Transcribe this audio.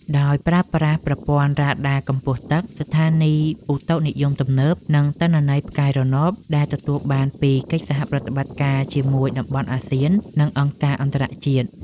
ដោយប្រើប្រាស់ប្រព័ន្ធរ៉ាដាកម្ពស់ទឹក ស្ថានីយឧតុនិយមទំនើប និងទិន្នន័យផ្កាយរណបដែលទទួលបានពីកិច្ចសហប្រតិបត្តិការជាមួយតំបន់អាស៊ាន និងអង្គការអន្តរជាតិ។